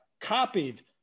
copied –